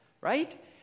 right